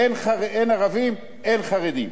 אין ערבים, אין חרדים.